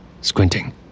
Squinting